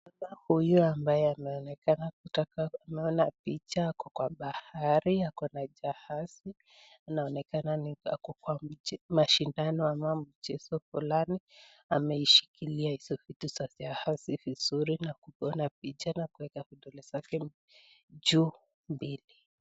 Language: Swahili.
Huyu ambaye ameonekana kutaka ameona picha ako kwa bahari ako na jahazi anaonekana ni ako kwa mashindano ya mambo chezo fulani. Ameishikilia hizo vitu za jahazi vizuri na kugona picha na kuweka vidole zake juu mbili.